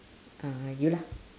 uh you lah